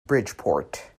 bridgeport